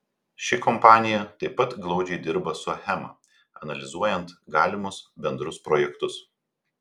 ši kompanija taip pat glaudžiai dirba su achema analizuojant galimus bendrus projektus